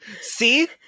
See